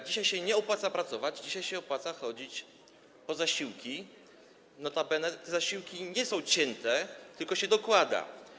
Dzisiaj się nie opłaca pracować, dzisiaj się opłaca chodzić po zasiłki, notabene te zasiłki nie są cięte, tylko się dokłada.